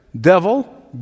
devil